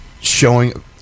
showing